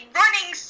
running